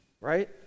right